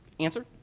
answer.